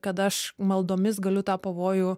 kad aš maldomis galiu tą pavojų